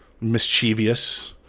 mischievous